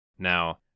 Now